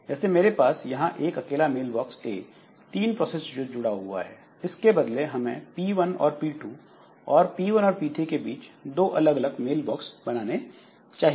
जैसे मेरे पास यहां एक अकेला मेल बॉक्स A तीन प्रोसेस से जुड़ा हुआ है इसके बदले हमें P1 और P2 और P1 और P 3 के बीच दो अलग अलग मेल बॉक्स बनाने चाहिए